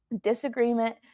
Disagreement